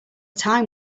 time